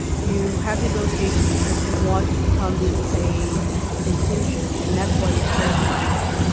you have negotiations because you want to come to a conclusion. and that's why you have verification.